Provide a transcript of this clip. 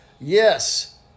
Yes